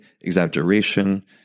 exaggeration